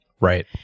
Right